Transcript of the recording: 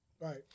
Right